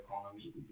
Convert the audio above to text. economy